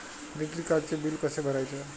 Credit कार्डचे bill कसे भरायचे?